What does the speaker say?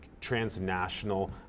transnational